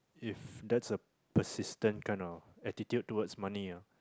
if that's a persistent kind of attitude towards money ah